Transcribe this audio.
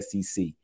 SEC